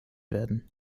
werden